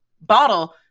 bottle